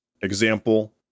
Example